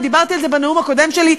דיברתי על זה בנאום הקודם שלי,